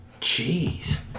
Jeez